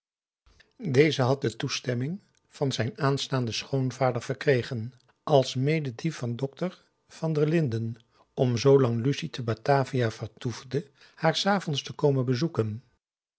deze had de toestemming van zijn aanstaanden schoonvader verkregen alsmede die van dokter van der linden om zoolang lucie te batavia vertoefde haar s avonds te komen bezoeken